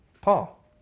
Paul